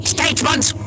Statements